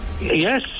Yes